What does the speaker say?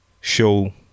show